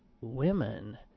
women